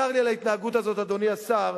צר לי על ההתנהגות הזאת, אדוני השר.